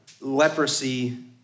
Leprosy